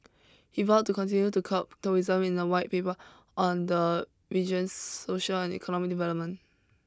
he vowed to continue to curb tourism in a white paper on the region's social and economic development